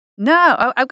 No